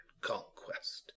conquest